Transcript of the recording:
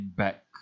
back